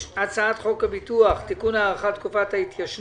הצעת חוק חוזה הביטוח (תיקון מס' 10) (הארכת תקופת ההתיישנות),